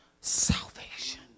salvation